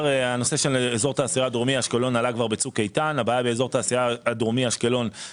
הנושא של אזור התעשייה הדרומי אשקלון עלה כבר בצוק איתן.